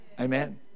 Amen